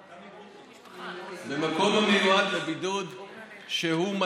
לחוזרים לישראל מחוצה לה ולאנשים שנדרשים להימצא בבידוד ולא יכולים